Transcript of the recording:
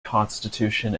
constitution